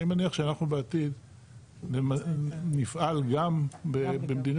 אני מניח שאנחנו בעתיד נפעל גם במדיניות